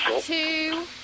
two